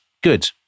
good